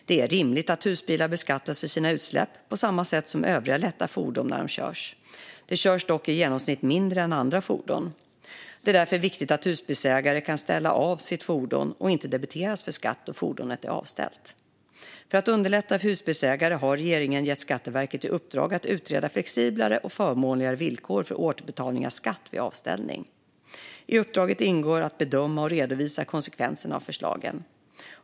Det är rimligt att husbilar beskattas för sina utsläpp, på samma sätt som övriga lätta fordon, när de körs. De körs dock i genomsnitt mindre än andra fordon. Det är därför viktigt att husbilsägare kan ställa av sitt fordon och inte debiteras skatt då fordonet är avställt. För att underlätta för husbilsägare har regeringen gett Skatteverket i uppdrag att utreda flexiblare och förmånligare villkor för återbetalning av skatt vid avställning. I uppdraget ingår att bedöma och redovisa konsekvenserna av förslagen.